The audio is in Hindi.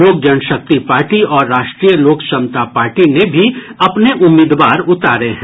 लोक जनशक्ति पार्टी और राष्ट्रीय लोक समता पार्टी ने भी अपने उम्मीदवार उतारे हैं